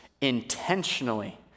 intentionally